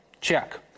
Check